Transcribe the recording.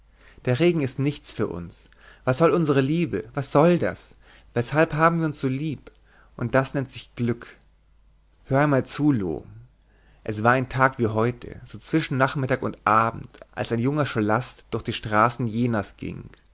der regen ist nichts für uns was soll unsere liebe was soll das weshalb haben wir uns so lieb und das nennt sich glück hör einmal zu loo es war ein tag wie heute so zwischen nachmittag und abend als ein junger scholast durch die straßen jenas ging